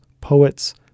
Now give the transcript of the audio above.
poets